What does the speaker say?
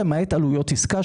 למעט עלויות עסקה.